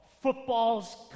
Football's